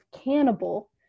cannibal